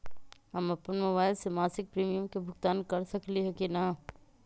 हम अपन मोबाइल से मासिक प्रीमियम के भुगतान कर सकली ह की न?